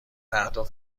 اهداف